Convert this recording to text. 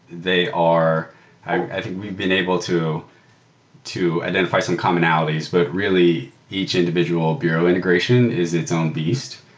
they are i think we've been able to to identify some commonalities, but really each individual bureau integration is its own beat.